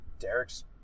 Derek's